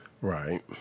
Right